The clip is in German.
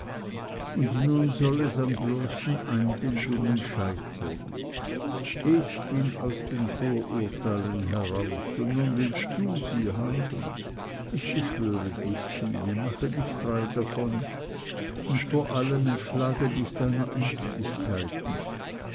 und nun soll es an bloßen einbildungen scheitern ich bin aus den vorurteilen heraus und nun willst du sie haben ich beschwöre dich stine mache dich frei davon und vor allem entschlage dich deiner ängstlichkeiten